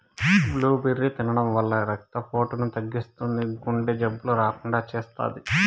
blueberry తినడం వల్ల రక్త పోటును తగ్గిస్తుంది, గుండె జబ్బులు రాకుండా చేస్తాది